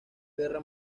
guerra